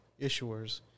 issuers